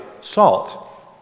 salt